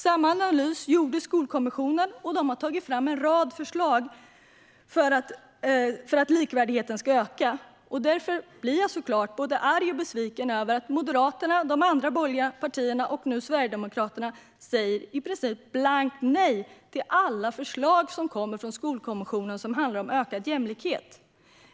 Samma analys gjorde Skolkommissionen, som tagit fram en rad förslag för att öka likvärdigheten. Därför blir jag såklart både arg och besviken över att Moderaterna, de andra borgerliga partierna och nu Sverigedemokraterna säger blankt nej till i princip alla förslag från Skolkommissionen som handlar om ökad jämlikhet.